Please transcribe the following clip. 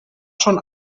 schon